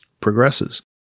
progresses